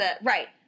Right